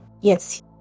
Yes